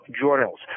journals